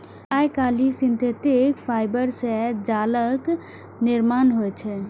आइकाल्हि synthetic fibre सं जालक निर्माण होइ छै